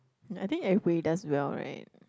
I think everybody does well right